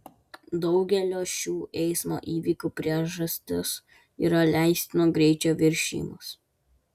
daugelio šių eismo įvykių priežastis yra leistino greičio viršijimas